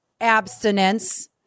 abstinence